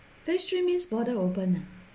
phase three means border open ah